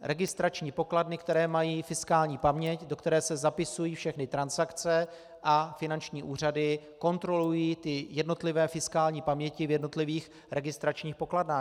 Registrační pokladny, které mají fiskální paměť, do které se zapisují všechny transakce, a finanční úřady kontrolují jednotlivé fiskální paměti v jednotlivých registračních pokladnách.